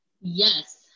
Yes